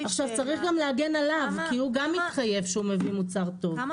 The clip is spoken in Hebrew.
צריך גם להגן עליו כי הוא גם מתחייב שהוא מביא מוצר טוב כמה